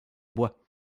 bois